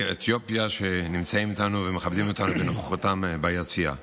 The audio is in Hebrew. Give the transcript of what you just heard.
אתיופיה שנמצאים איתנו ומכבדים אותנו בנוכחותם ביציע.